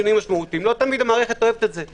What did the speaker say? לא תמיד המערכת אוהבת שינויים משמעותיים.